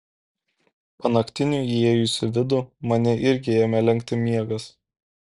panaktiniui įėjus į vidų mane irgi ėmė lenkti miegas